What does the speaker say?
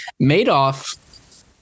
Madoff